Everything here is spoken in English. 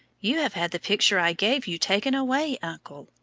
you have had the picture i gave you taken away, uncle,